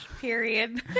Period